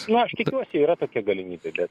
na aš tikiuosi yra tokia galimybė bet